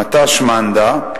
מט"ש מנדא,